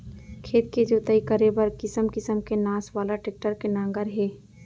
खेत के जोतई करे बर किसम किसम के नास वाला टेक्टर के नांगर हे